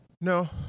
No